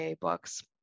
books